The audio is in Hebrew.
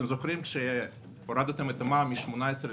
אתם זוכרים שכאשר הורדתם את המע"מ מ-18%